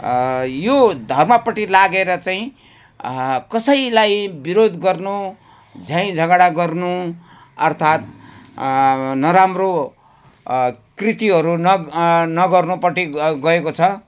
यो धर्मपट्टि लागेर चाहिँ कसैलाई विरोध गर्नु झैँ झगडा गर्नु अर्थात् नराम्रो विकृतिहरू नगर्नु पट्टि गएको छ